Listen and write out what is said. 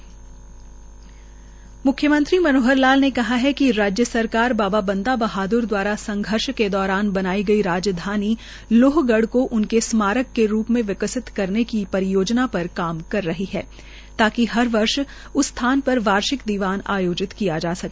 म्ख्यमंत्री मनोहर लाल ने कहा है कि राज्य सरकार बाबा बहादुर द्वारा संघर्ष के दौरान बनाई गई राजधानी लोहगढ़ को उनके स्मारक के रूप में विकसित करने की परियोजना पर काम कर रही है ताकि हर वर्ष उस स्थान पर वार्षिकदीवान आयोजित किये जा सके